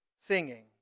singing